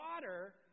water